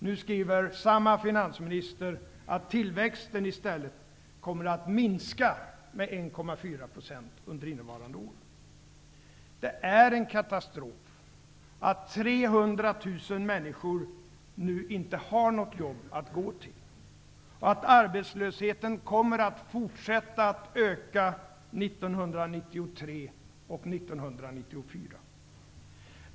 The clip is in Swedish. Nu skriver samma finansminister att tillväxten i stället kommer att minska med 1,4 % under innevarande år. Det är en katastrof att 300 000 människor nu inte har något jobb att gå till, och att arbetslösheten kommer att fortsätta att öka 1993 och 1994.